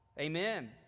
Amen